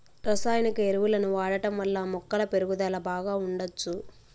రసాయనిక ఎరువులను వాడటం వల్ల మొక్కల పెరుగుదల బాగా ఉండచ్చు